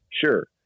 sure